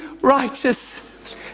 righteous